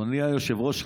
אדוני היושב-ראש,